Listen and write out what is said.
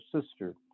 sister